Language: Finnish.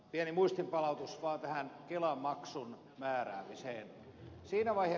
pieni muistinpalautus vaan tämän kelamaksun määräämiseen liittyen